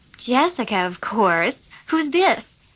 jessica, of course. who's this?